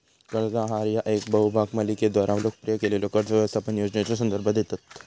कर्ज आहार ह्या येका बहुभाग मालिकेद्वारा लोकप्रिय केलेल्यो कर्ज व्यवस्थापन योजनेचो संदर्भ देतत